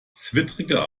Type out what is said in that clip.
zwittrige